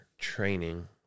training